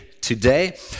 today